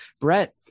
Brett